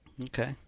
Okay